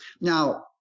Now